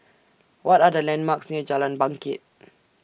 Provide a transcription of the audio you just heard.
What Are The landmarks near Jalan Bangket